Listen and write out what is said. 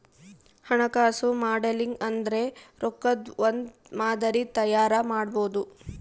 ಹಣಕಾಸು ಮಾಡೆಲಿಂಗ್ ಅಂದ್ರೆ ರೊಕ್ಕದ್ ಒಂದ್ ಮಾದರಿ ತಯಾರ ಮಾಡೋದು